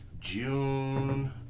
June